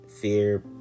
fear